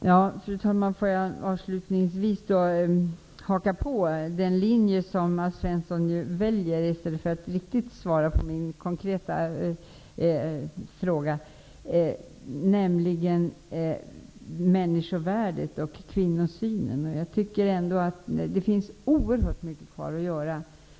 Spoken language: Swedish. Fru talman! Får jag avslutningsvis haka på den linje som Alf Svensson väljer i stället för att riktigt svara på min konkreta fråga, nämligen människovärdet och kvinnosynen. Det finns oerhört mycket kvar att göra.